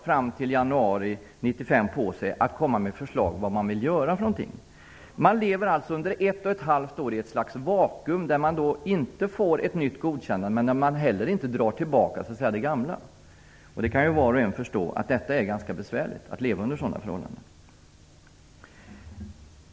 Fram till januari 1995 har man tid på sig att lägga fram förslag om vad man vill göra. Under ett och ett halvt år lever man alltså i ett vakuum. Man får inget nytt godkännande, och det gamla godkännandet dras inte heller tillbaka. Var och en kan ju förstå att det är ganska besvärligt att existera under sådana förhållanden.